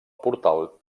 portal